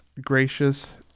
gracious